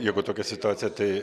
jeigu tokia situacija tai